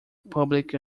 public